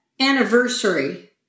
anniversary